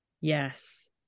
yes